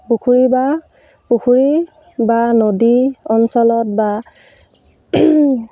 পুখুৰী বা পুখুৰী বা নদী অঞ্চলত বা